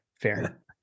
fair